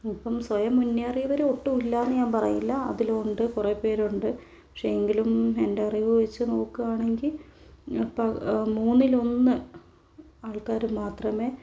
ഇപ്പം സ്വയം മുന്നേറിയവർ ഒട്ടും ഇല്ലായെന്ന് ഞാൻ പറയില്ല അതിൽ ഉണ്ട് കുറേ പേർ ഉണ്ട് പക്ഷേ എങ്കിലും എന്റെ അറിവ് വച്ച് നോക്കുകയാണെങ്കിൽ ഇപ്പോൾ മൂന്നിലൊന്ന് ആൾക്കാർ മാത്രമേ